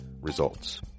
Results